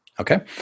Okay